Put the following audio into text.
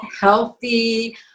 healthy